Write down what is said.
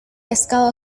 pescado